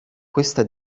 questa